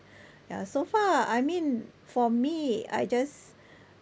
ya so far I mean for me I just